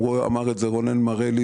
אמר את זה רונן מורלי,